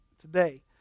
today